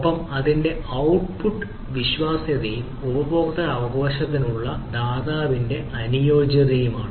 ഒപ്പം അതിന്റെ ഔട്ട്പുട്ട് വിശ്വാസ്യതയും ഉപഭോക്തൃ അവകാശത്തിനായുള്ള ദാതാവിന്റെ അനുയോജ്യതയാണ്